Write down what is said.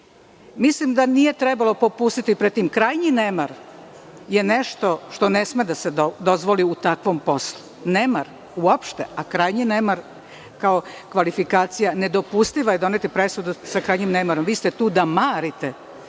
mislim da nije trebalo popusti pred tim. Krajnji nemar je nešto što ne sme da se dozvoli u takvom poslu, nemar uopšte, a pogotovo krajnji nemar kao kvalifikacija. Nedopustivo je doneti presudu sa krajnjim nemarom. Vi ste tu da marite